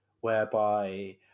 whereby